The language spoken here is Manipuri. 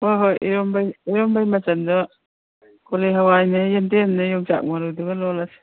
ꯍꯣꯏ ꯍꯣꯏ ꯏꯔꯣꯟꯕꯒꯤ ꯏꯔꯣꯟꯕꯒꯤ ꯃꯆꯟꯗꯣ ꯀꯣꯂꯤ ꯍꯋꯥꯏꯅꯦ ꯌꯦꯟꯗꯦꯝꯅꯦ ꯌꯣꯡꯆꯥꯛ ꯃꯔꯨꯗꯨꯒ ꯂꯣꯜꯂꯁꯤ